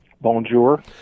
Bonjour